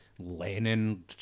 Lenin